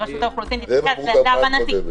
זאת הבנתי.